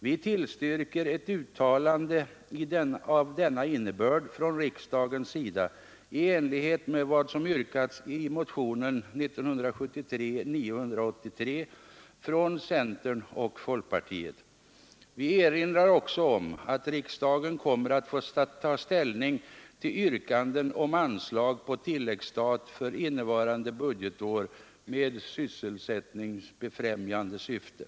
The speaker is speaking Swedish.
Vi tillstyrker ett uttalande av denna innebörd från riksdagens sida i enlighet med vad som yrkats i motionen 1973:983 från centern och folkpartiet. Vi erinrar också om att riksdagen kommer att få ta ställning till yrkanden om anslag på tilläggsstat för innevarande budgetår med sysselsättningsfrämjande syfte.